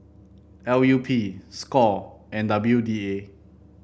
L U P Score and W D A